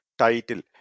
title